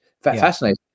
Fascinating